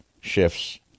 shifts